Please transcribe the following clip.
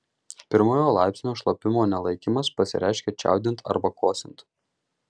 pirmojo laipsnio šlapimo nelaikymas pasireiškia čiaudint arba kosint